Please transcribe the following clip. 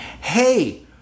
hey